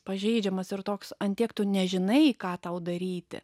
pažeidžiamas ir toks an tiek tu nežinai ką tau daryti